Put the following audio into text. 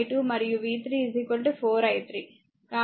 కాబట్టి v1 2 i1 v 2 8 i2 మరియు v3 4 i3